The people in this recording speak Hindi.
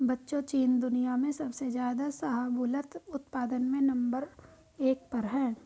बच्चों चीन दुनिया में सबसे ज्यादा शाहबूलत उत्पादन में नंबर एक पर है